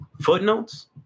Footnotes